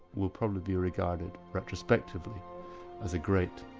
will probably be regarded retrospectively as a great,